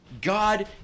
God